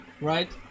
right